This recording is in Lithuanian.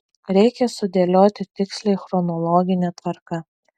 reikia sudėlioti tiksliai chronologine tvarka